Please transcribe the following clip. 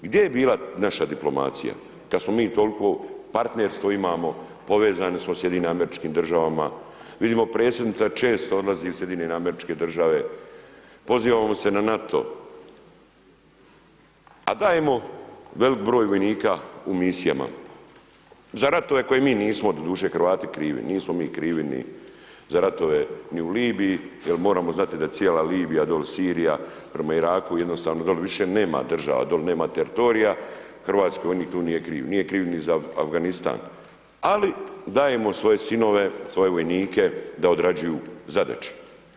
Gdje je bila naša diplomacija, kad smo mi tolko partnerstvo imamo povezani smo s SAD-om, vidimo predsjednica često odlazi u SAD, pozivamo se na NATO, a dajemo velik broj vojnika u misijama za ratove koje mi nismo doduše Hrvati krivi, nismo mi krivi ni za ratove ni u Libiji, jer moramo znati da cijela Libija dolje Sirija prema Iraku jednostavno dol više nema država, dol nema teritorija, Hrvatski vojnik tu nije kriv, nije kriv ni za Afganistan, ali dajmo svoje sinove, svoje vojnike da odrađuju zadaću.